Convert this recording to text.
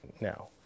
now